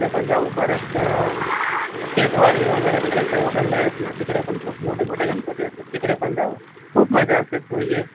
तिथे पण जाऊ परत खेतवाडी वगैरे तिकडे सर्व गल्ल्या आहेत ना तिकडे पण खूप मोठे मोठे गणपती असतात तिकडे पण जाऊ खूप मजा असते तू ये